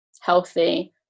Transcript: healthy